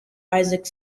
isaac